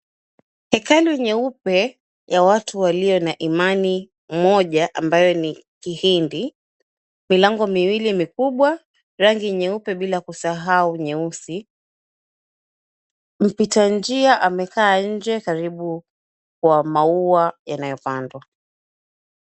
Hekalu nyeupe ya watu walio na imani moja ambayo ni kihindi. Milango miwili mikubwa, rangi nyeupe bila kusahau nyeusi. Mpita njia amekaa nje karibu kwa maua yanayopandwa.